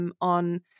on